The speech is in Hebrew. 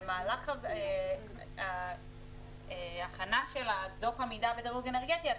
במהלך ההכנה של דוח העמידה בדירוג אנרגטי,